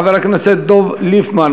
חבר הכנסת דב ליפמן,